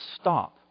stop